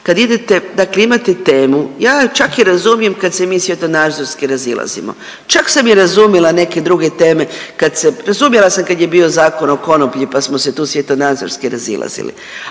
kad idete dakle imate temu, ja čak i razumijem kad se mi svjetonazorski razilazimo, čak sam i razumila neke druge teme. Razumila sam kad je bio Zakon o konoplji pa smo se tu svjetonazorski razilazili,